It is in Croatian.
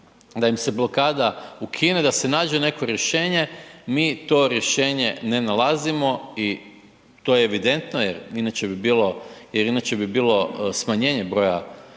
da im se blokada ukine, da se nađe neko rješenje, mi to rješenje ne nalazimo i to je evidentno jer inače bi bilo, jer